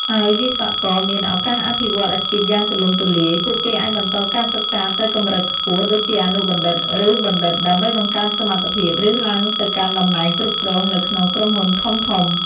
ហើយវិស្វករមាន ឱកាសអភិវឌ្ឍន៍អាជីពយ៉ាងទូលំទូលាយ ពួកគេអាចបន្តការសិក្សាទៅកម្រិតខ្ពស់ ដូចជាអនុបណ្ឌិត ឬបណ្ឌិត ដើម្បីបង្កើនសមត្ថភាព ឬឡើងទៅកាន់តំណែងគ្រប់គ្រងនៅក្នុងក្រុមហ៊ុនធំៗ។